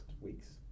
weeks